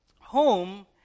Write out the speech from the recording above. Home